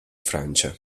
francia